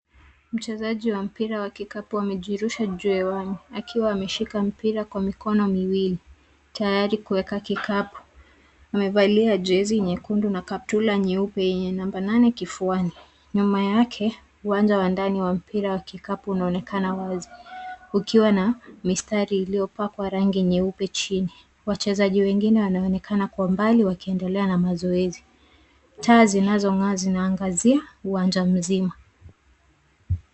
Mchezaji wa mpira wa kikapu amejirusha juu hewani akiwa ameshika mpira kwa mikono miwili tayari kuweka kikapu. Amevalia jezi nyekundu na kaptura nyeupe yenye namba nane kifuani. Nyuma yake, uwanja wa ndani wa mpira wa kikapu unaonekana wazi ukiwa na mistari iliyopakwa rangi nyeupe chini. Wachezaji wengine wanaonekana kwa mbali wakiendelea na mazoezi. Taa zinazong'aa zinaangazia uwanja mzima.